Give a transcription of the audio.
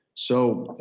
so